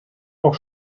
auch